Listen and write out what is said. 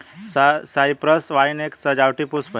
Cyprus vine एक सजावटी पुष्प है